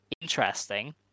Interesting